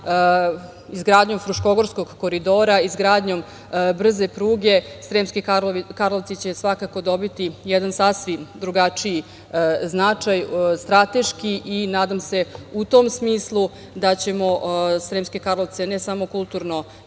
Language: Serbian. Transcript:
izgradnju Fruškogorskog koridora, izgradnju brze pruge, Sremski Karlovci će svakako dobiti jedan sasvim drugačiji strateški značaj i nadam se u tom smislu da ćemo Sremske Karlovce, ne samo